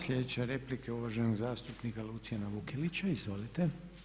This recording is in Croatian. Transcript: Sljedeća replika je uvaženog zastupnika Luciana Vukelića, izvolite.